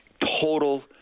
total